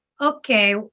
okay